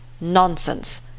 Nonsense